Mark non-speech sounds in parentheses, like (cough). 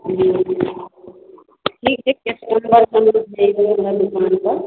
(unintelligible) ठीक छै कैश (unintelligible) हमरा दुकानपर